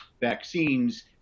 vaccines